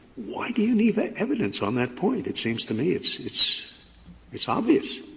why do you need that evidence on that point? it seems to me it's it's it's obvious.